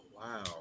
wow